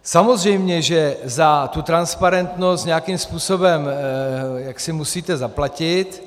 Samozřejmě že za tu transparentnost nějakým způsobem musíte zaplatit.